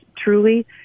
Truly